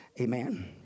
Amen